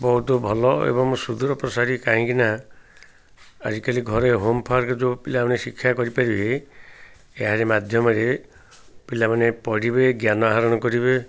ବହୁତ ଭଲ ଏବଂ ସୁଦୂର ପ୍ରସାରି କାହିଁକି ନା ଆଜିକାଲି ଘରେ ହୋମ୍ ପାର୍କ ଯେଉଁ ପିଲାମାନେ ଶିକ୍ଷା କରି ପାରିବେ ଏହାରି ମାଧ୍ୟମରେ ପିଲାମାନେ ପଢ଼ିବେ ଜ୍ଞାନ ଆହରଣ କରିବେ